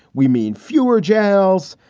we mean fewer jails.